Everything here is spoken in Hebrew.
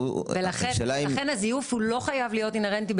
ולכן הזיוף לא חייב להיות אינהרנטי,